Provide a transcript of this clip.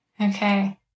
Okay